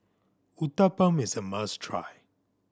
uthapam is a must try